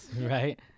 Right